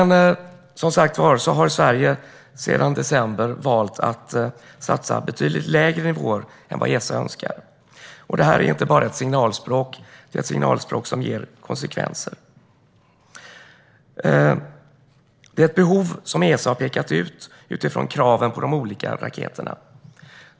Sverige har, som sagt, sedan december valt att satsa betydligt mindre än vad Esa önskar. Detta är inte bara ett signalspråk, utan det är ett signalspråk som får konsekvenser. Det är ett behov som Esa har pekat ut utifrån kraven på de olika raketerna.